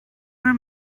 her